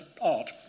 art